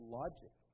logic